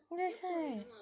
that's why